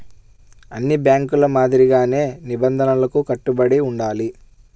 అన్ని బ్యేంకుల మాదిరిగానే నిబంధనలకు కట్టుబడి ఉండాలి